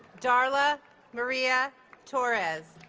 darla maria torres